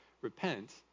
Repent